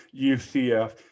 UCF